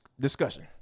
discussion